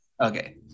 Okay